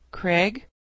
Craig